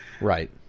Right